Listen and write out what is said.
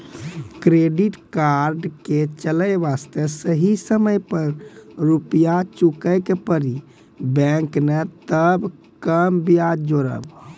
Credit card के चले वास्ते सही समय पर रुपिया चुके के पड़ी बेंच ने ताब कम ब्याज जोरब?